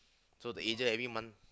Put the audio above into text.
so the agent every month